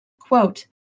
Quote